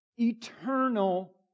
Eternal